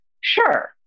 sure